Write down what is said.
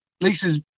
Lisa's